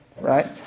right